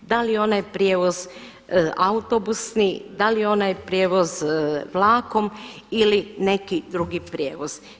Da li onaj prijevoz autobusni, da li onaj prijevoz vlakom ili neki drugi prijevoz.